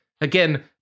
Again